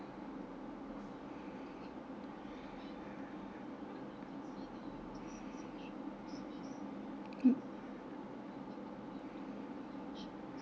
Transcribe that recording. mm